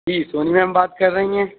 جی Soni ma'am بات کر رہی ہیں